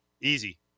Easy